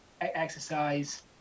Exercise